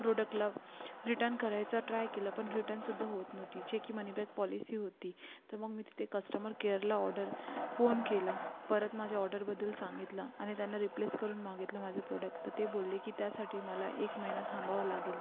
प्रोडकला return करायचा try केला पण रिटनसुद्धा होत नव्हती जे की मनी बॅक पॉलिसी होती तर मग मी त ते कस्टमर केअरला ऑडर फोन केला परत माझ्या ऑडरबद्दल सांगितलं आणि त्यांना रिप्लेस करून मागितलं माझं प्रोडक्ट तर ते बोलले की त्यासाठी मला एक महिना थांबावं लागेल